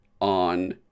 on